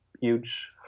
huge